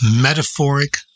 metaphoric